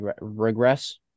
Regress